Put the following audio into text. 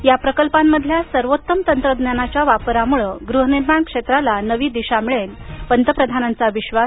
या प्रकल्पांमधल्या सर्वोत्तम तंत्रज्ञानाच्या वापरामुळे गृहनिर्माण क्षेत्राला नवी दिशा मिळेल पंतप्रधानांचा विश्वास